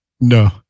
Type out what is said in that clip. No